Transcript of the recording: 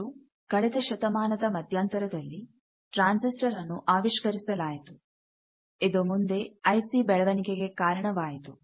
ಮತ್ತು ಕಳೆದ ಶತಮಾನದ ಮಧ್ಯಂತರದಲ್ಲಿ ಟ್ರಾನ್ಸಿಸ್ಟರ್ ರನ್ನು ಆವಿಷ್ಕರಿಸಲಾಯಿತು ಇದು ಮುಂದೆ ಐಸಿ ಬೆಳವಣಿಗೆಗೆ ಕಾರಣವಾಯಿತು